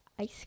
Ice